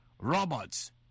robots